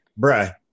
bruh